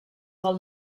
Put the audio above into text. del